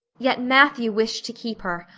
yet matthew wished to keep her,